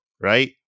right